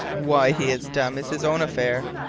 why he is dumb is his own affair.